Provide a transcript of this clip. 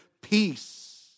peace